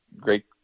great